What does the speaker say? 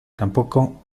tampoco